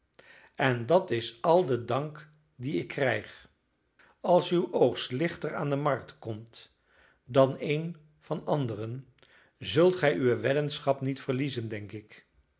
passen en dat is al de dank dien ik krijg als uw oogst lichter aan de markt komt dan een van anderen zult gij uwe weddenschap niet verliezen denk ik